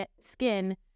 skin